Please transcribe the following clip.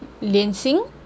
脸型